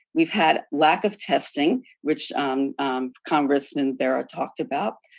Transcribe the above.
we've had lack of testing, which congressman bera talked about.